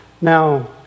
Now